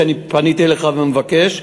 ואני פניתי אליך ואני מבקש,